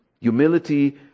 Humility